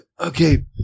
Okay